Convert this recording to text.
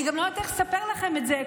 אני גם לא יודעת איך לספר לכם את זה,